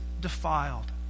defiled